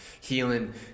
Healing